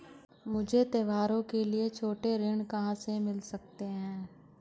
मुझे त्योहारों के लिए छोटे ऋण कहां से मिल सकते हैं?